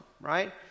right